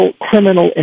criminal